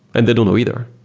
and they don't know either